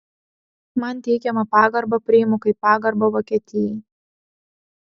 man teikiamą pagarbą priimu kaip pagarbą vokietijai